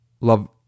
Love